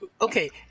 Okay